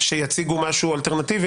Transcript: שיציגו משהו אלטרנטיבי.